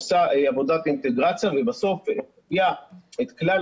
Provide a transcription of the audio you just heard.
עושה עבודת אינטגרציה ובסוף מביאה את כלל